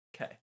Okay